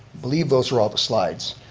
believe those were all the slides.